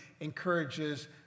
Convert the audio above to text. encourages